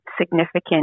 significant